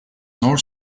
nor